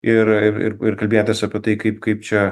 ir ir ir ir kalbėtis apie tai kaip kaip čia